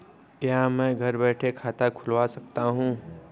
क्या मैं घर बैठे खाता खुलवा सकता हूँ?